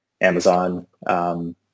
Amazon